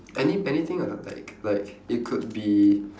any anything ah like like it could be